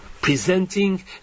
presenting